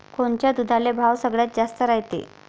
कोनच्या दुधाले भाव सगळ्यात जास्त रायते?